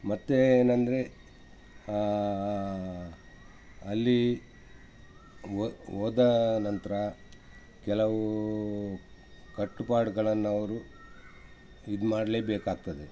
ಮತ್ತೆ ಏನಂದರೆ ಅಲ್ಲಿ ಒ ಹೋದ ನಂತರ ಕೆಲವು ಕಟ್ಟುಪಾಡ್ಗಳನ್ನು ಅವರು ಇದು ಮಾಡಲೇಬೇಕಾಗ್ತದೆ